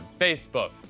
Facebook